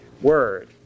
word